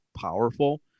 powerful